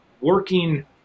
working